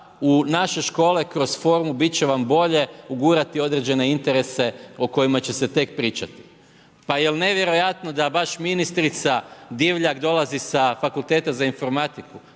u naše škole, kroz foru, biti će vam bolje ugurati određene interese o kojima će se tek pričati. Pa jel nevjerojatno da baš ministrica Divjak dolazi sa fakulteta za informatiku,